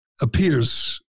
appears